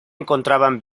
encontraban